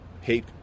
hate